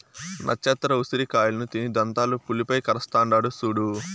నచ్చత్ర ఉసిరి కాయలను తిని దంతాలు పులుపై కరస్తాండాడు సూడు